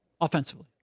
offensively